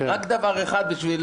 רק דבר אחד בשביל